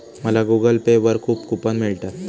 मला Google Pay वर खूप कूपन मिळतात